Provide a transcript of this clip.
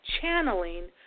channeling